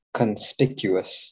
conspicuous